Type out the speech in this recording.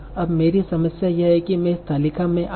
अब मेरी समस्या यह है कि मैं इस तालिका में अन्य